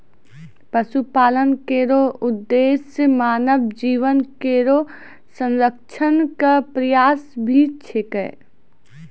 पशुपालन केरो उद्देश्य मानव जीवन केरो संरक्षण क प्रयास भी छिकै